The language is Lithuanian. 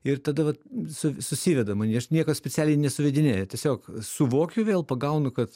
ir tada vat suv susideda man aš nieko specialiai nesuvedinėju tiesiog suvokiu vėl pagaunu kad